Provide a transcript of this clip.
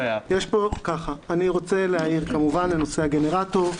אני רוצה להעיר כמובן לנושא הגנרטור,